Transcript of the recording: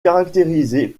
caractérisé